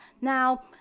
Now